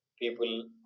People